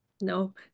No